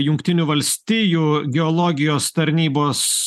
jungtinių valstijų geologijos tarnybos